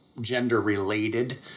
gender-related